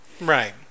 Right